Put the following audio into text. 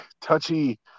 touchy